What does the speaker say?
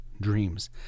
dreams